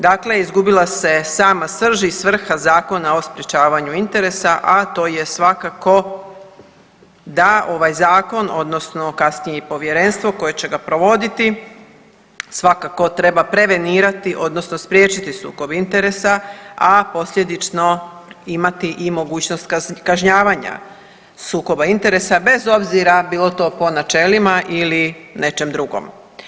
Dakle, izgubila se sama srž i svrha Zakona o sprječavanju interesa, a to je svakako da ovaj zakon, odnosno kasnije i povjerenstvo koje će ga provoditi svakako treba prevenirati, odnosno spriječiti sukob interesa, a posljedično imati i mogućnost kažnjavanja sukoba interesa bez obzira bilo to po načelima ili nečem drugom.